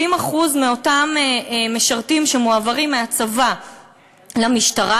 70% מאותם משרתים שמועברים מהצבא למשטרה,